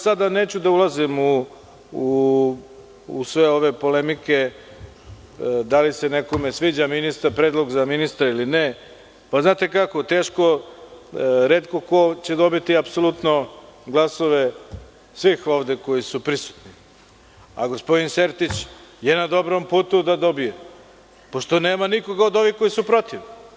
Sada neću da ulazim u sve ovde polemike, da li se nekome sviđa ministar, predlog za ministra ili ne, ali znate kako, retko ko će dobiti apsolutno glasove svih ovde koji su prisutni, a gospodin Sertić je na dobrom putu da dobije pošto nema nikoga od ovih koji su protiv.